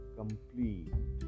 complete